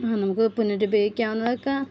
ആ നമുക്ക് പുനരുപയോഗിക്കാവുന്നതൊക്കെ